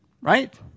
right